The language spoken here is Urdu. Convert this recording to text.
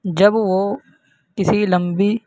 جب وہ کسی لمبی